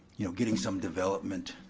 you know, getting some development.